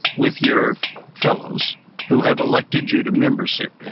with your fellows who have elected you to member, so but and